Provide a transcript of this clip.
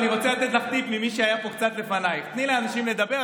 אני רוצה לתת לך טיפ ממי שהיה פה קצת לפנייך: תני לאנשים לדבר,